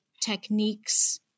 techniques